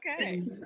okay